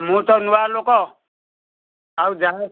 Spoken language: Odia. ମୁଁ ତ ନୂଆ ଲୋକ ଆଉ ଯାହା ସେ